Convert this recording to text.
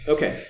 Okay